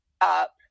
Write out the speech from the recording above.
up